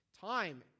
Time